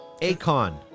Akon